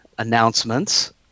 announcements